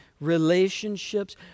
relationships